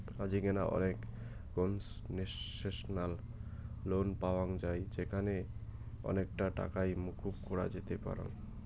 আজিকেনা অনেক concessional loan পাওয়াঙ যাই যেখানে অনেকটা টাকাই মকুব করা যেতে পারাং